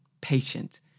patient